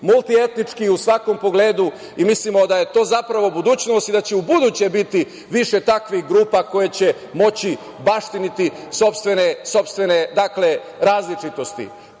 multietnički i u svakom pogledu. Mislimo da je to budućnost i da će ubuduće biti više takvih grupa koje će moći baštiniti sopstvene različitosti. Radujem